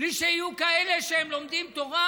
בלי שיהיו כאלה שהם לומדים תורה,